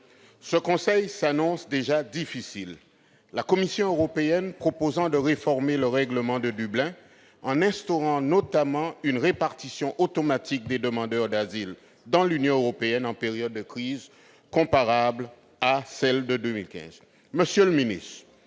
Ce conseil s'annonce déjà difficile, la Commission européenne proposant de réformer le règlement de Dublin, en instaurant notamment une répartition automatique des demandeurs d'asile dans l'Union européenne en période de crise comparable à celle de 2015. Monsieur le ministre